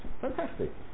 Fantastic